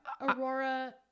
aurora